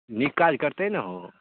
नीक काज करतै ने हौ